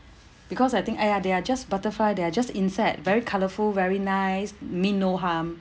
because I think !aiya! they are just butterfly they're just insect very colourful very nice mean no harm